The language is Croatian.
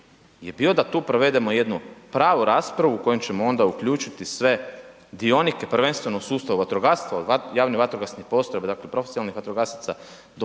je bio da tu provedemo jednu pravu raspravu u koju ćemo onda uključiti sve dionike, prvenstveno u sustavu vatrogastva, od javnih vatrogasnih postrojbi, dakle profesionalnih vatrogasaca